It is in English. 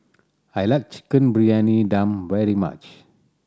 I like Chicken Briyani Dum very much